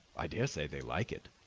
i daresay they like it,